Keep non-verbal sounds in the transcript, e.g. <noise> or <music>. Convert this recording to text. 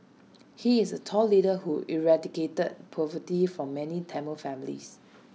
he is A tall leader who eradicated poverty from many Tamil families <noise>